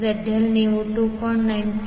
ZL ನೀವು 2